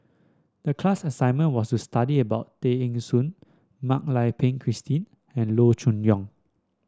the class assignment was to study about Tay Eng Soon Mak Lai Peng Christine and Loo Choon Yong